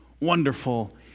wonderful